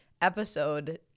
episode